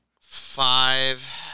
five